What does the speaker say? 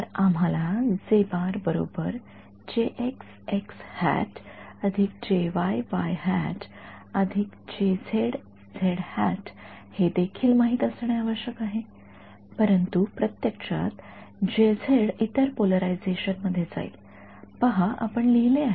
तर आम्हाला हे देखील माहित असणे आवश्यक आहे परंतु प्रत्यक्षातइतर पोलरायझेशन मध्ये जाईल पहा आपण लिहिले आहे